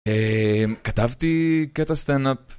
כתבתי קטע סטאנדאפ